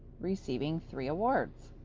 receiving three awards